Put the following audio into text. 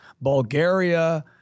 Bulgaria